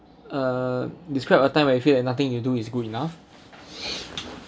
uh describe a time when you feel like nothing you do is good enough